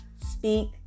speak